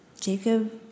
Jacob